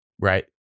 Right